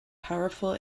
powerful